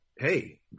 Hey